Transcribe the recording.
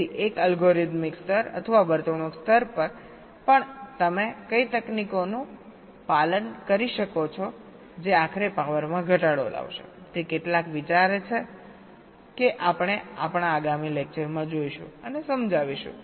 તેથી એક અલ્ગોરિધમિક સ્તર અથવા વર્તણૂક સ્તર પર પણ તમે કઈ તકનીકોનું પાલન કરી શકો છો જે આખરે પાવરમાં ઘટાડો લાવશે તે કેટલાક વિચારે છે કે આપણે આપણાં આગામી લેકચરમાં જોઈશું અને સમજાવીશું